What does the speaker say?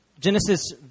Genesis